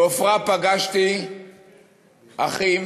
בעפרה פגשתי אחים,